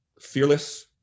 fearless